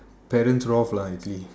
parent's wrath lah I agree